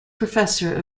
professor